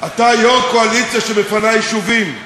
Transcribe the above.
אתה יושב-ראש קואליציה שמפנה יישובים.